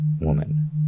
woman